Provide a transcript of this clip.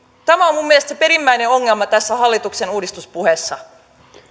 tämä on minun mielestäni se perimmäinen ongelma tässä hallituksen uudistuspuheessa